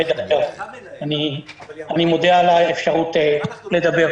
אני מודה על האפשרות לדבר.